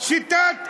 שיטת גנבים.